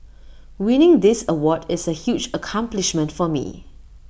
winning this award is A huge accomplishment for me